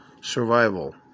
survival